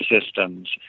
systems